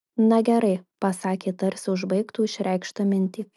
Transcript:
na gerai pasakė tarsi užbaigtų išreikštą mintį